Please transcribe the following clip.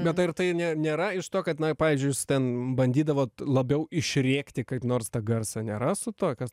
bet ar tai ne nėra iš to kad na pavyzdžiui jūs ten bandydavot labiau išrėkti kaip nors tą garsą nėra su tuo kas